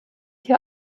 hier